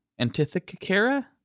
Antithicara